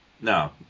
no